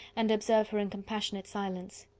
and observe her in compassionate silence.